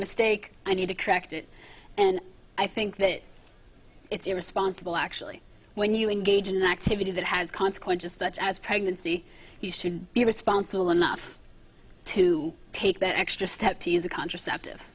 mistake i need to correct it and i think that it's irresponsible actually when you engage in an activity that has consequences such as pregnancy you should be responsible enough to take that extra step to use a contraceptive